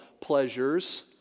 pleasures